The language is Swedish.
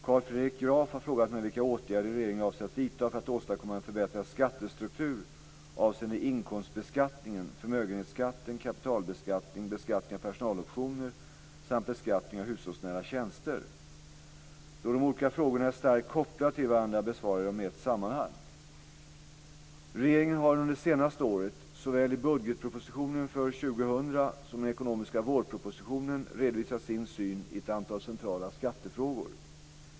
Carl Fredrik Graf har frågat mig vilka åtgärder regeringen avser att vidta för att åstadkomma en förbättrad skattestruktur avseende inkomstbeskattningen, förmögenhetsskatten, kapitalbeskattning, beskattningen av personaloptioner samt beskattningen av hushållsnära tjänster. Då de olika frågorna är starkt kopplade till varandra besvarar jag dem i ett sammanhang. Regeringen har under det senaste året, såväl i budgetpropositionen för 2000 som i den ekonomiska vårpropositionen, redovisat sin syn i ett antal centrala skattefrågor.